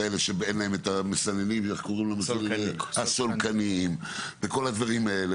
שאין להן את הסולקנים וכל הדברים האלה.